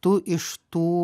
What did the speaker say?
tu iš tų